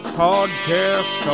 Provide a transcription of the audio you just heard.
podcast